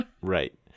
Right